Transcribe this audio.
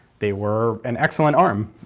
they were an excellent arm,